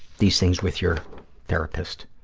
these things with your therapist.